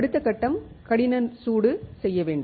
அடுத்த கட்டம் கடின சூடு செய்ய வேண்டும்